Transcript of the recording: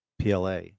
PLA